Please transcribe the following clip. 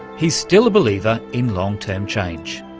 he's still a believer in long term change.